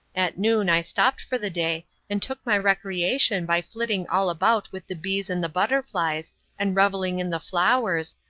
at noon i stopped for the day and took my recreation by flitting all about with the bees and the butterflies and reveling in the flowers,